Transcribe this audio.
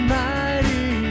mighty